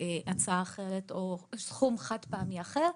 הצעה אחרת או סכום חד-פעמי אחר,